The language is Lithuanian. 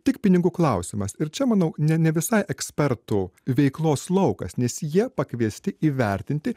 tik pinigų klausimas ir čia manau ne ne visai ekspertų veiklos laukas nes jie pakviesti įvertinti